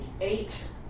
eight